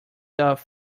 tough